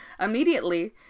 immediately